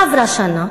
לא עברה שנה